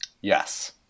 Yes